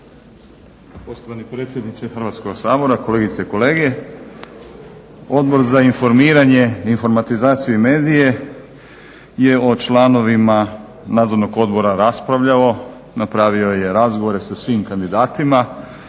Poštovani predsjedniče Hrvatskoga sabora, kolegice i kolege. Odbor za informiranje, informatizaciju i medije je o članovima Nadzornog odbora raspravljalo. Napravio je razgovore sa svim kandidatima